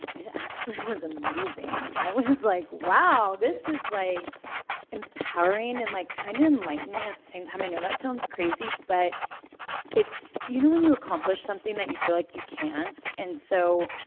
it actually was amazing. i was like, wow. this is like empowering and like kind of enlightening at the same time. i know that sounds crazy, but you know when you accomplish something that you feel like you can't? and so,